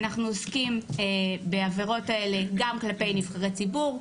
אנחנו עוסקים בעבירות האלה גם כלפי נבחרי ציבור,